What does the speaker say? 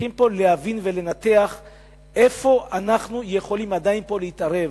צריכים פה להבין ולנתח איפה אנחנו יכולים עדיין להתערב.